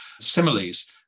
similes